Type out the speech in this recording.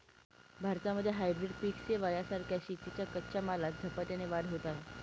भारतामध्ये हायब्रीड पिक सेवां सारख्या शेतीच्या कच्च्या मालात झपाट्याने वाढ होत आहे